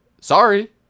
Sorry